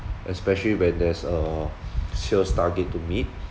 especially when there's a sales target to meet